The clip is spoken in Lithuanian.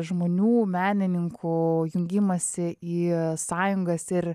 žmonių menininkų jungimąsi į sąjungas ir